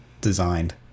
designed